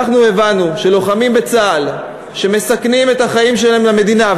אנחנו הבנו שלוחמים בצה"ל שמסכנים את החיים שלהם למען המדינה,